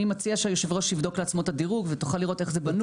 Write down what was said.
אני מציע שהיושב ראש יבדוק לעצמו את הדירוג ותוכל לראות איך זה בנוי.